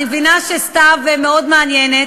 אני מבינה שסתיו מאוד מעניינת,